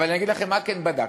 אבל אני אגיד לכם מה כן בדקתי.